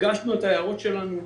הגשנו את ההערות שלנו,